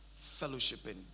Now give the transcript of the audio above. fellowshipping